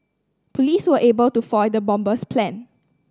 police were able to foil the bomber's plan